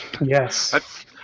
Yes